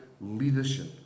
leadership